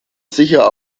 sicher